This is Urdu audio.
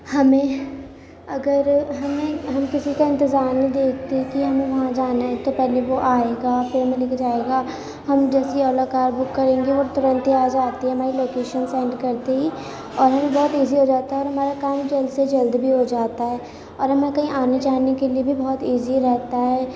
ہمیں اگر ہمیں ہم کسی کا انتظار نہیں دیکھتے کہ ہمیں وہاں جانا ہے تو پہلے وہ آئے گا پھر ہمیں لے کے جائے گا ہم جیسے ہی اولا کار بک کریں گے وہ ترنت ہی آ جاتی ہے ہماری لوکیشن سینڈ کرتے ہی اور ہمیں بہت ایزی ہو جاتا ہے اور ہمارا کام جلد سے جلد بھی ہو جاتا ہے اور ہمیں کہیں آنے جانے کے لیے بھی بہت ایزی رہتا ہے